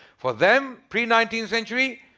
for them pre nineteenth century?